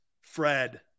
Fred